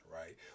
right